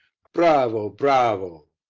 bravo, bravo!